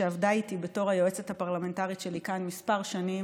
שעבדה איתי בתור היועצת הפרלמנטרית שלי כאן כמה שנים,